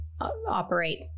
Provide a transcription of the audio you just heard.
operate